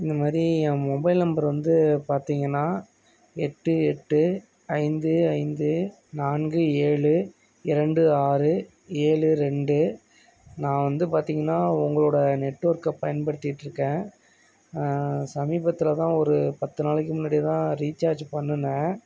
இந்த மாதிரி என் மொபைல் நம்பர் வந்து பார்த்தீங்கன்னா எட்டு எட்டு ஐந்து ஐந்து நான்கு ஏழு இரண்டு ஆறு ஏழு ரெண்டு நான் வந்து பார்த்தீங்கன்னா உங்களோடு நெட் ஒர்க்கை பயன்படுத்திக்கிட்டுருக்கேன் சமீபத்தில் தான் ஒரு பத்து நாளைக்கு முன்னாடி தான் ரீசார்ஜ் பண்ணுனேன்